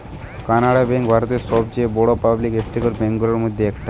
Canara bank ভারতের সবচেয়ে বড়ো পাবলিক সেক্টর ব্যাঙ্ক গুলোর মধ্যে একটা